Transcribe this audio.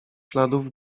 śladów